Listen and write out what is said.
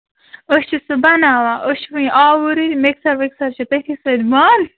أسۍ چھِ سُہ بَناوان أسۍ چھِ وُنہِ آورُے مِکسر وِکسر چھُ پٮ۪ٹھِس سٍتۍ بَنٛد